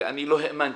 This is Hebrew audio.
ואני לא האמנתי.